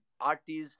artists